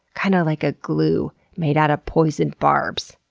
kind of like a glue made out of poison barbs.